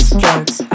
drugs